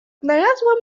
znalazłam